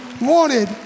wanted